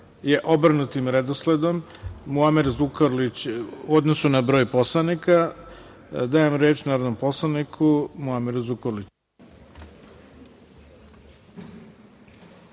je obrnutim redosledom u odnosu na broj poslanika. Dajem reč narodnom poslaniku Muameru Zukorliću.